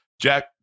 Jack